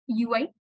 UI